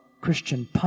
Christian